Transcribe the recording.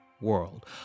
world